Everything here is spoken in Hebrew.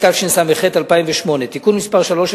התשס"ח 2008. תיקון מס' 3,